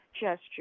gesture